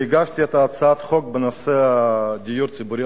שהגשתי הצעת חוק בנושא הדיור הציבורי,